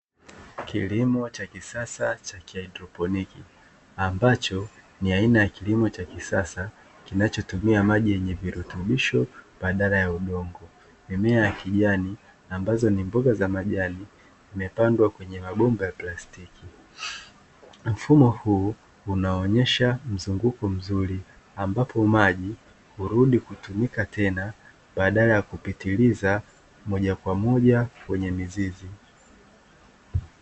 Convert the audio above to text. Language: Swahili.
Kilimo cha kisasa cha haidroponiki ambacho ni aina ya kilimo cha kisasa kinachotumia maji yenye virutubisho badala ya udongo mimea ya kijani ambazo ni mboga za majani zimepandwa kwenye mabomba ya plastiki, mfumo huu unaonyesha mzunguko mzuri ambapo maji urudi kutumika tena badala ya kupitiliza moja kwa moja kwenye mizizi.